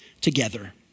together